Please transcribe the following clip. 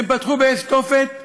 מלווה את זה, וחקרתי את זה לעומק,